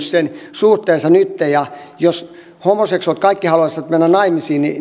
suhteensa nytten jos kaikki homoseksuaalit haluaisivat mennä naimisiin niin